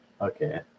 okay